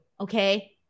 okay